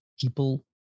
people